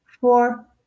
four